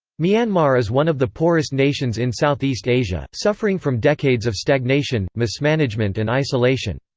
myanmar is one of the poorest nations in southeast asia, suffering from decades of stagnation, mismanagement and isolation.